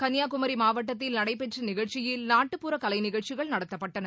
கள்னியாகுமரி மாவட்டத்தில் நடைபெற்ற நிகழ்ச்சியில் நாட்டுப்புற கலை நிகழ்ச்சிகள் நடத்தப்பட்டன